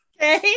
okay